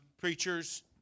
preachers